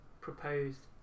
proposed